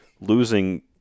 losing